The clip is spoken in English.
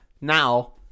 now